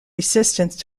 resistance